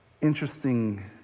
interesting